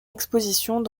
expositions